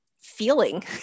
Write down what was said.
feeling